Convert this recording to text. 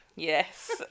Yes